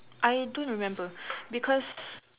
I don't remember because